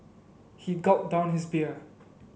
he gulped down his beer